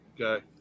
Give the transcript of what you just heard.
Okay